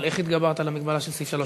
אבל איך התגברת על המגבלה של סעיף 3(א)?